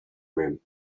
rim